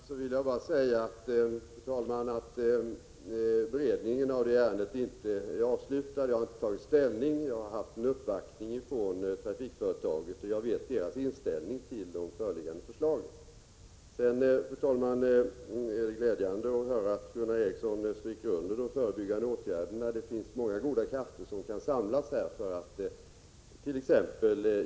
Fru talman! Beträffande det sista Göran Ericsson nämnde vill jag säga att beredningen av det ärendet inte är avslutad. Jag har inte tagit ställning. Jag har haft en uppvaktning från trafikföretaget och jag vet dess inställning till de föreliggande förslagen. Sedan är det glädjande att höra att Göran Ericsson stryker under de förebyggande åtgärdernas betydelse. Det finns många goda krafter som kan samlas för attt.ex.